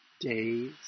Days